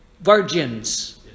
virgins